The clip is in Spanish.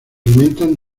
alimentan